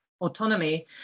autonomy